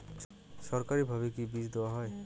সরকারিভাবে কি বীজ দেওয়া হয়?